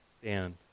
stand